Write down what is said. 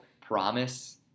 promise